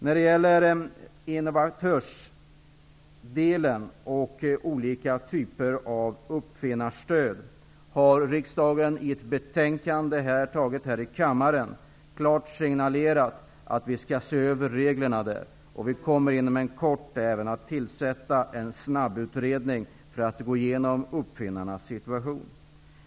När det gäller innovatörsdelen och olika typer av uppfinnarstöd har riksdagen, i enlighet med ett betänkande som antagits här i kammaren, klart signalerat att reglerna skall ses över. Vi kommer inom kort även att tillsätta en snabbutredning för att gå igenom uppfinnarnas situation.